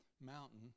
mountain